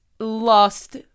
Lost